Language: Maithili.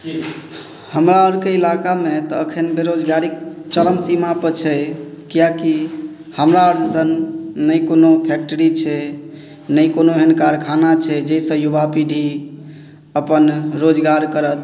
हमरा आरके इलाकामे तऽ अखन बेरोजगारी चरम सीमा पर छै किएकि हमरा अरसन नहि कोनो फैक्ट्री छै नहि कोनो एहन कारखाना छै जाहिसँ युवा पीढ़ी अपन रोजगार करत